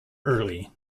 early